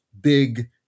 big